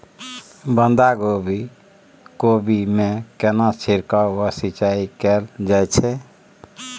बंधागोभी कोबी मे केना छिरकाव व सिंचाई कैल जाय छै?